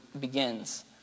begins